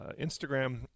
Instagram